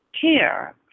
care